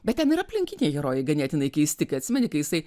bet ten ir aplinkiniai herojai ganėtinai keisti kai atsimeni kai jisai